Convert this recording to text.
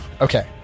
Okay